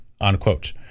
unquote